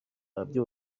abantu